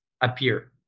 appear